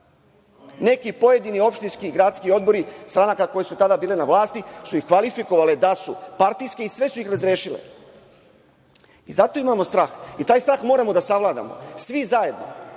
neki pojedini opštinski i gradski odbori stranaka koje su tada bile na vlasti su ih kvalifikovale da su partijske i sve su ih razrešile. Zato imamo strah. Taj strah moramo da savladamo svi zajedno,